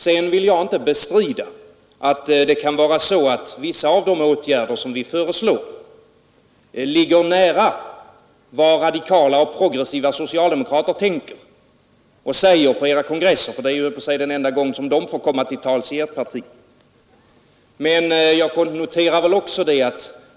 Sedan vill jag inte bestrida att det kan vara så att vissa av de åtgärder som vi föreslår ligger nära vad radikala och progressiva socialdemokrater tänker och säger på era kongresser — det är ju, höll jag på att säga, de enda gånger som de får komma till tals i ert parti.